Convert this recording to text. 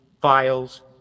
files